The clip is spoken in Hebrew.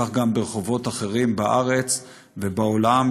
וכך גם ברחובות אחרים בארץ ובעולם,